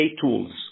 tools